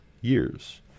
years